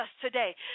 today